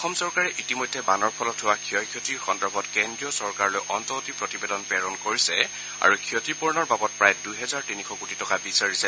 অসম চৰকাৰে ইতিমধ্যে বানৰ ফলত হোৱা ক্ষয় ক্ষতি সন্দৰ্ভত কেন্দ্ৰীয় চৰকাৰলৈ অন্তৱৰ্তী প্ৰতিবেদন প্ৰেৰণ কৰিছে আৰু ক্ষতিপুৰণৰ বাবদ প্ৰায় দুহেজাৰ তিনিশ কোটি টকা বিচাৰিছে